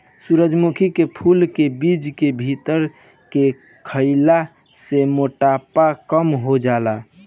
सूरजमुखी के फूल के बीज के भुज के खईला से मोटापा कम हो जाला